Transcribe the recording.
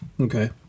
Okay